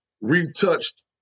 retouched